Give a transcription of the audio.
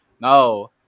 No